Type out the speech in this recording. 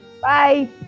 bye